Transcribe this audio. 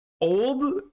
old